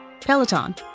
peloton